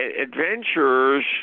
adventurers